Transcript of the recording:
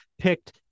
picked